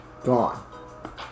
gone